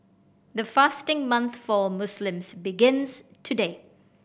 the fasting month for Muslims begins today